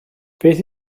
beth